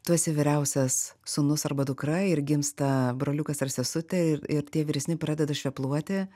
tu esi vyriausias sūnus arba dukra ir gimsta broliukas ar sesutė ir tie vyresni pradeda švepluoti